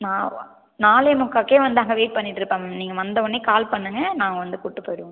நான் நாலேமுக்கால்கே வந்து அங்கே வெயிட் பண்ணிகிட்டுருப்பேன் மேம் நீங்கள் வந்தவொடனே கால் பண்ணுங்கள் நான் வந்து கூப்பிட்டு போயிடுவேன்